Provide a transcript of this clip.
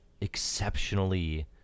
exceptionally